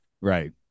Right